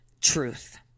truth